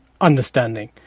understanding